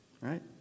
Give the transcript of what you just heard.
right